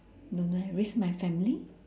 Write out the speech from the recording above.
don't know leh risk my family